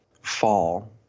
fall